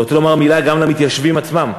אני רוצה לומר מילה גם למתיישבים עצמם.